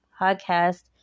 podcast